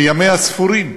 שימיה ספורים,